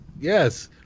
Yes